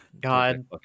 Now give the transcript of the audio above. God